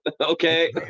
Okay